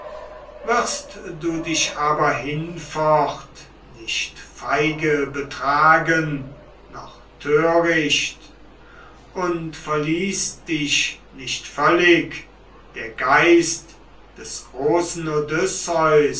wirst du dich aber hinfort nicht feige betragen noch töricht und verließ dich nicht völlig der geist des großen